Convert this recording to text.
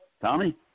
Tommy